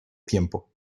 tiempo